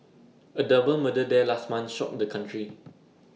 A double murder there last month shocked the country